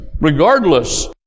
regardless